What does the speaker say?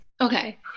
Okay